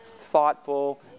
thoughtful